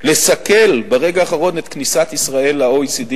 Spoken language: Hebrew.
לסכל ברגע האחרון את כניסת ישראל ל-OECD,